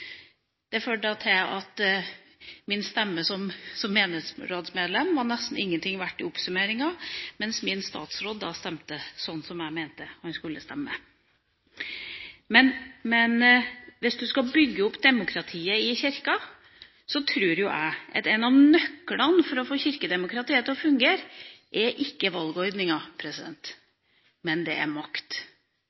Det førte til at min stemme som menighetsrådsmedlem var nesten ingenting verdt i oppsummeringa, mens min statsråd stemte sånn som jeg mente han skulle stemme. Hvis du skal bygge opp demokratiet i Kirka, tror jeg at en av nøklene for å få kirkedemokratiet til å fungere ikke er valgordninga – det er makt.